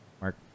Mark